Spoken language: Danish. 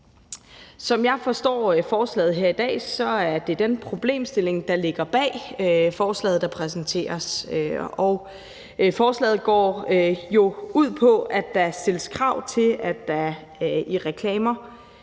Som jeg forstår forslaget, er det den problemstilling, der ligger bag forslaget, der præsenteres her. Forslaget går ud på, at der stilles krav til, at der i reklamer